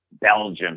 Belgium